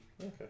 Okay